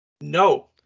No